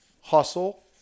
hustle